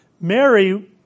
Mary